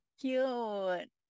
Cute